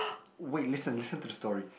wait listen listen to the story